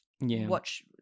watch